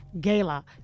gala